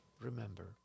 remember